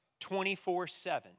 24-7